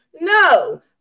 no